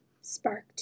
Spark